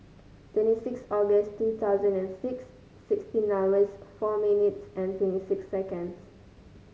twenty six August two thousand and six sixteen hours four minutes and twenty six seconds